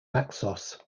naxos